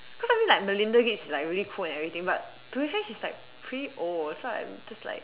cause I mean like Melinda Gates is like really cool and everything but do you think she's like pretty old so I'm just like